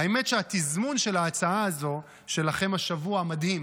האמת היא שהתזמון של ההצעה הזו שלכם השבוע מדהים,